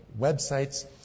websites